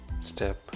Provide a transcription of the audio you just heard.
step